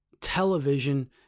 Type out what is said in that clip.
television